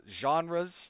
Genres